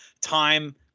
time